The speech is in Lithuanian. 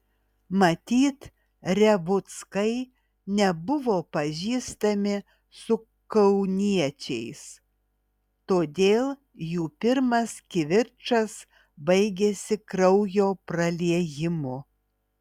matyt revuckai nebuvo pažįstami su kauniečiais todėl jų pirmas kivirčas baigėsi kraujo praliejimu